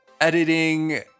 editing